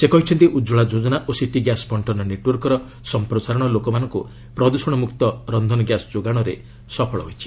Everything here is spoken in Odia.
ସେ କହିଛନ୍ତି ଉଜ୍ୱଳା ଯୋଜନା ଓ ସିଟି ଗ୍ୟାସ୍ ବଙ୍କନ ନେଟ୍ୱର୍କର ସମ୍ପ୍ରସାରଣ ଲୋକମାନଙ୍କୁ ପ୍ରଦୃଷଣ ମୁକ୍ତ ରନ୍ଧନ ଗ୍ୟାସ୍ ଯୋଗାଇବାରେ ସଫଳ ହୋଇଛି